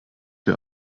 wir